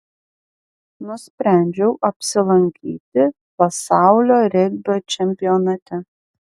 nusprendžiau apsilankyti pasaulio regbio čempionate